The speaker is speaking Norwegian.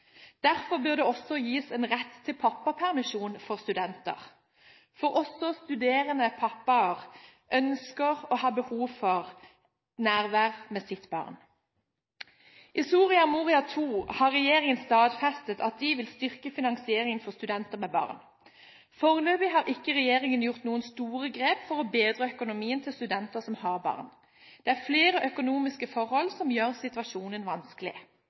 Derfor bør det også gis rett til pappapermisjon for studenter, for også studerende pappaer ønsker og har behov for nærvær med sitt barn. I Soria Moria II har regjeringen stadfestet at de vil styrke finansieringen for studenter med barn. Foreløpig har ikke regjeringen gjort noen store grep for å bedre økonomien til studenter som har barn. Det er flere økonomiske forhold som gjør situasjonen vanskelig.